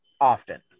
often